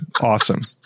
awesome